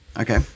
Okay